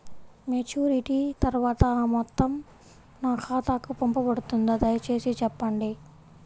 Maturity తర్వాత ఆ మొత్తం నా ఖాతాకు పంపబడుతుందా? దయచేసి చెప్పండి?